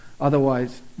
otherwise